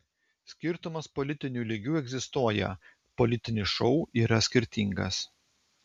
skirtumas politiniu lygiu egzistuoja politinis šou yra skirtingas